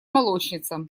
молочница